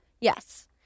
Yes